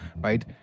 right